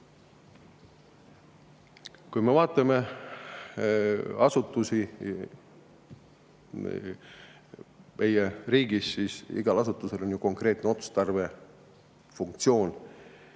Kui me vaatame asutusi meie riigis, siis [näeme, et] igal asutusel on konkreetne otstarve, funktsioon.